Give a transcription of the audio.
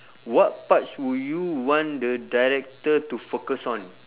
what parts would you want the director to focus on